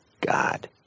God